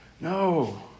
No